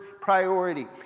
priority